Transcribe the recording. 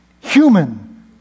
human